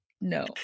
no